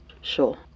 Sure